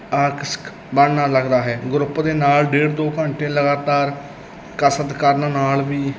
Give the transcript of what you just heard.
ਆਕਰਸ਼ਕ ਬਣਨ ਲੱਗਦਾ ਹੈ ਗਰੁੱਪ ਦੇ ਨਾਲ ਡੇਢ ਦੋ ਘੰਟੇ ਲਗਾਤਾਰ ਕਸਰਤ ਕਰਨ ਨਾਲ ਵੀ